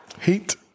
Heat